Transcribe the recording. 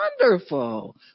Wonderful